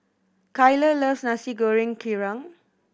Kyler loves Nasi Goreng Kerang